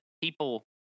people